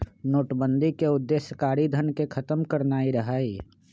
नोटबन्दि के उद्देश्य कारीधन के खत्म करनाइ रहै